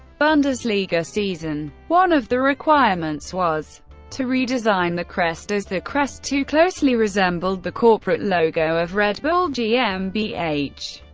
bundesliga season. one of the requirements was to redesign the crest, as the crest too closely resembled the corporate logo of red bull gmbh.